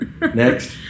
Next